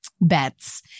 bets